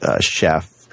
chef